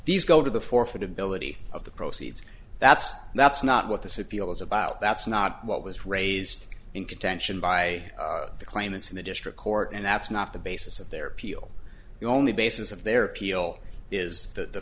these go to the for food ability of the proceeds that's that's not what this appeal is about that's not what was raised in contention by the claimants in the district court and that's not the basis of their appeal the only basis of their appeal is th